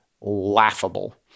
laughable